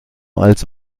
als